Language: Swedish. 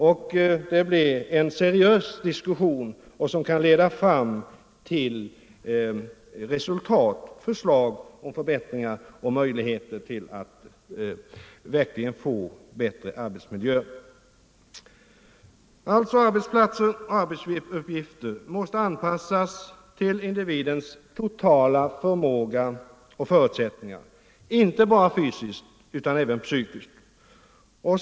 Där för man en seriös diskussion som kan leda till resultat i form av förslag till förbättringar, förslag som verkligen kan ge en bättre arbetsmiljö. Arbetsplats och arbetsuppgifter måste anpassas till individens totala förmåga och förutsättningar, inte bara fysiskt utan även psykiskt.